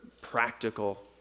practical